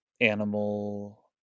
animal